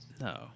No